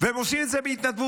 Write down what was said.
והם עושים את זה בהתנדבות.